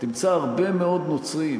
תמצא הרבה מאוד נוצרים